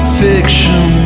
fiction